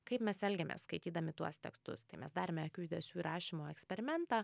kaip mes elgiamės skaitydami tuos tekstus tai mes darėme akių judesių įrašymo eksperimentą